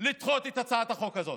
לדחות את הצעת החוק הזאת.